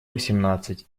восемнадцать